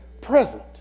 present